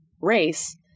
race